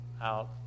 out